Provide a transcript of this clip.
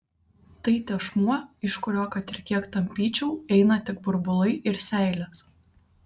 tai tešmuo iš kurio kad ir kiek tampyčiau eina tik burbulai ir seilės